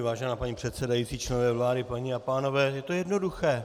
Vážená paní předsedající, členové vlády, paní a pánové, je to jednoduché.